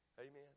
Amen